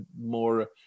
more